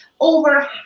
over